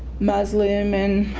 muslim and